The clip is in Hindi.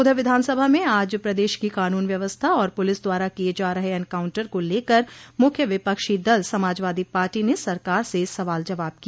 उधर विधानसभा में आज प्रदेश की कानून व्यवस्था और पुलिस द्वारा किये जा रहे एनकांउटर को लेकर मुख्य विपक्षी दल समाजवादी पार्टी ने सरकार से सवाल जवाब किया